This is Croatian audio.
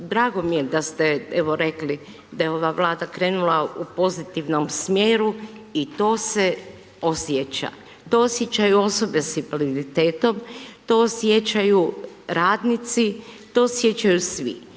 drago mi je da ste rekli da je ova Vlada krenula u pozitivnom smjeru i to se osjeća. To osjećaju osobe s invaliditetom, to osjećaju radnici, to osjećaju svi.